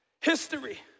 history